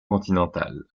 continentale